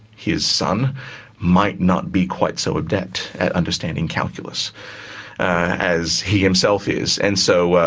his son might not be quite so adept at understanding calculus as he himself is. and so,